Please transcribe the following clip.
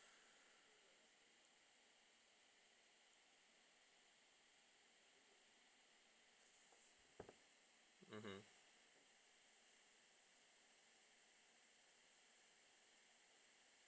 mmhmm